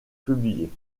publiée